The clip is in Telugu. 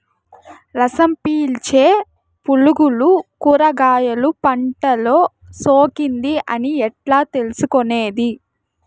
రసం పీల్చే పులుగులు కూరగాయలు పంటలో సోకింది అని ఎట్లా తెలుసుకునేది?